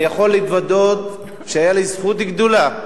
אני יכול להתוודות שהיתה לי זכות גדולה: